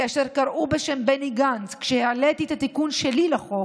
כאשר קראו בשם בני גנץ כשהעליתי את התיקון שלי לחוק,